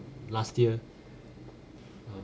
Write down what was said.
last year